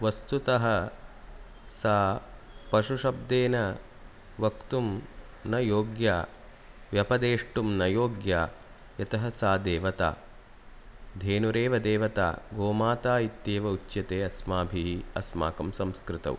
वस्तुतः सा पशुशब्देन वक्तुं न योग्या व्यपदेष्टुं न योग्या यतः सा देवता धेनुरेव देवता गोमाता इत्येव उच्यते अस्माभिः अस्माकं संस्कृतौ